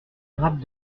grappes